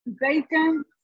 Bacon